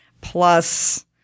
plus